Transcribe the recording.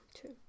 true